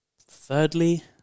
thirdly